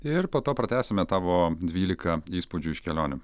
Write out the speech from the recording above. ir po to pratęsime tavo dvylika įspūdžių iš kelionių